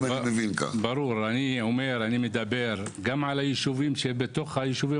אני מדבר גם על הישובים שבתוך הישובים